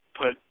put